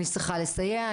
אני צריכה לסייע.